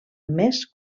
més